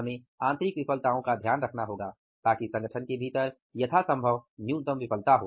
हमें आंतरिक विफलताओं का ध्यान रखना होगा ताकि संगठन के भीतर यथासंभव न्यूनतम विफलता हो